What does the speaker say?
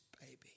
baby